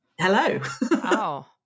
hello